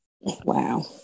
Wow